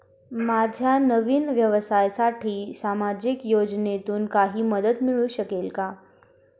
माझ्या नवीन व्यवसायासाठी सामाजिक योजनेतून काही मदत मिळू शकेल का?